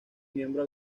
miembro